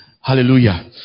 Hallelujah